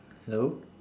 hello